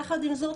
יחד עם זאת,